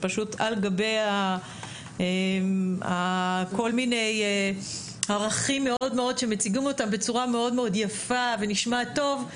שפשוט על גבי כל מיני ערכים שמציגים אותם בצורה מאוד יפה ונשמעת טוב,